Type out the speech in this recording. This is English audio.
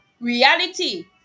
reality